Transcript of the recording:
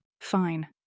Fine